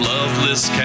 Loveless